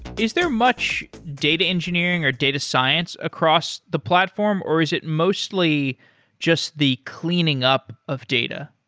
is there much data engineering or data science across the platform or is it mostly just the cleaning up of data?